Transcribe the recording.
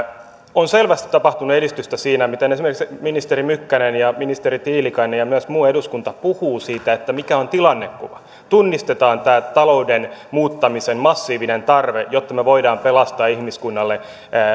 on selvästi tapahtunut edistystä siinä miten esimerkiksi ministeri mykkänen ja ministeri tiilikainen ja myös muu eduskunta puhuvat siitä mikä on tilannekuva tunnistetaan tämä talouden muuttamisen massiivinen tarve jotta me voimme pelastaa ihmiskunnalle